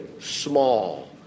small